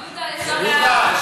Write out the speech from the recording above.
יהודה,